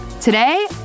Today